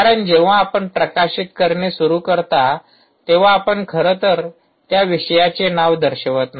कारण जेव्हा आपण प्रकाशित करणे सुरू करता तेव्हा आपण खरं तर त्या विषयाचे नाव दर्शवत नाही